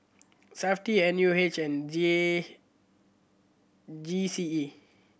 Safti N U H and G A G C E